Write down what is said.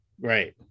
right